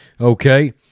Okay